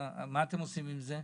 מה אתם עושים עם זה?